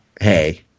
hey